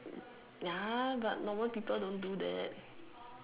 ya but normal people don't do that